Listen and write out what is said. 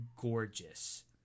gorgeous